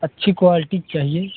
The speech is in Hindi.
अच्छी क्वालिटी चाहिए